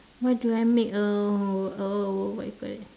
what do I make uh uh what you call that